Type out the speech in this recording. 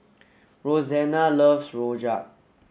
Rosanna loves Rojak